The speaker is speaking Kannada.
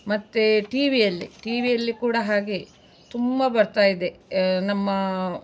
ಮತ್ತೆ ಟೀ ವಿಯಲ್ಲಿ ಟೀ ವಿಯಲ್ಲಿ ಕೂಡ ಹಾಗೆ ತುಂಬ ಬರ್ತ ಇದೆ ನಮ್ಮ